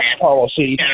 policy